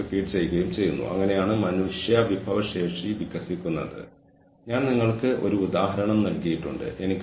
task വ്യവസ്ഥകൾ ജീവനക്കാരെ അവരുടെ അതുല്യമായ സംഭാവനകൾ പ്രകടിപ്പിക്കാനും ഈ സംഭാവനകളിൽ നിന്ന് പ്രയോജനം നേടാനും അനുവദിക്കുന്നു